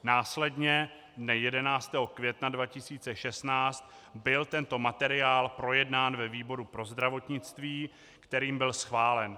Následně dne 11. května 2016 byl tento materiál projednán ve výboru pro zdravotnictví, kterým byl schválen.